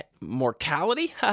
mortality